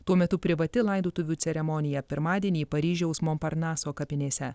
tuo metu privati laidotuvių ceremonija pirmadienį paryžiaus monparnaso kapinėse